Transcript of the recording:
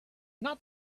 not